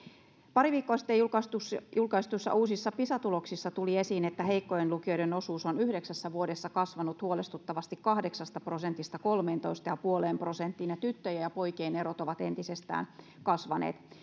pari viikkoa sitten julkaistuissa julkaistuissa uusissa pisa tuloksissa tuli esiin että heikkojen lukijoiden osuus on yhdeksässä vuodessa kasvanut huolestuttavasti kahdeksasta prosentista kolmeentoista pilkku viiteen prosenttiin ja tyttöjen ja poikien erot ovat entisestään kasvaneet